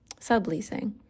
subleasing